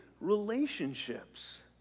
relationships